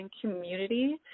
community